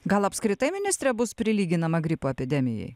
gal apskritai ministre bus prilyginama gripo epidemijai